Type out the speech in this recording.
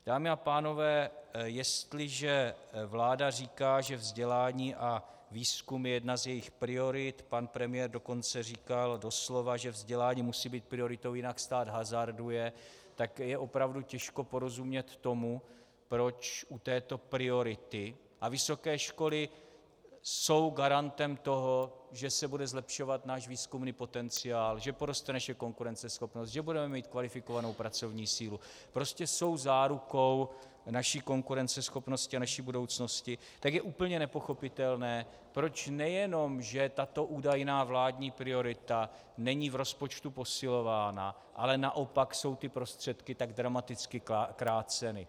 Dámy a pánové, jestliže vláda říká, že vzdělání a výzkum je jedna z jejích priorit, pan premiér dokonce říkal doslova, že vzdělání musí být prioritou, jinak stát hazarduje, tak je opravdu těžko porozumět tomu, proč u této priority, a vysoké školy jsou garantem toho, že se bude zlepšovat náš výzkumný potenciál, že poroste naše konkurenceschopnost, že budeme mít kvalifikovanou pracovní sílu, prostě jsou zárukou naší konkurenceschopnosti a naší budoucnosti, tak je úplně nepochopitelné, proč nejenom že tato údajná vládní priorita není v rozpočtu posilována, ale naopak jsou prostředky tak dramaticky kráceny.